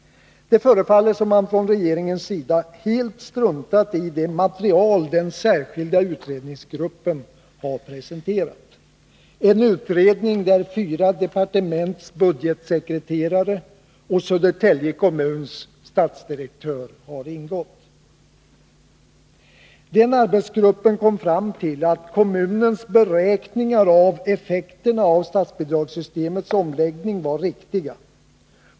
Det förefaller som om regeringen helt enkelt struntat i det material som den särskilda utredningsgruppen har presenterat. Utredningen, i vilken ingick fyra departements budgetsekreterare och Södertälje kommuns statsdirektör, kom fram till att kommunens beräkningar av effekterna av statsbidragssystemets omläggning var riktiga.